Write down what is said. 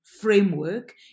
framework